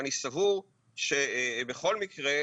ואני סבור שבכל מקרה,